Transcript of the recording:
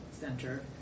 center